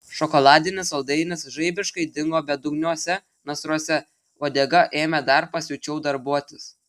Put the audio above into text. šokoladinis saldainis žaibiškai dingo bedugniuose nasruose uodega ėmė dar pasiučiau darbuotis